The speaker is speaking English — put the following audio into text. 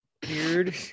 beard